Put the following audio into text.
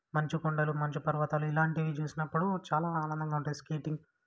మంచు కొండలు మంచు పర్వతాలు ఇలాంటివి చూసినప్పుడు చాలా ఆనందంగా ఉంటుంది స్కేటింగ్